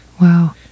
Wow